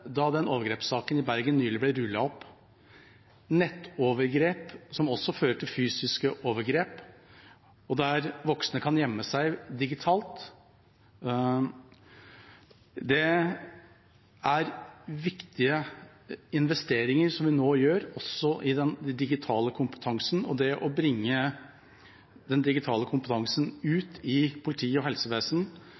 da overgrepssaken i Bergen nylig ble rullet opp. Nettovergrep kan også føre til fysiske overgrep, og voksne kan gjemme seg digitalt. Det er viktige investeringer som vi nå gjør, også i den digitale kompetansen, og det å bringe den digitale kompetansen